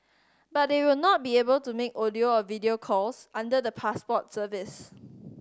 but they will not be able to make audio or video calls under the Passport service